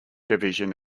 division